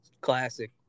classic